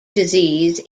disease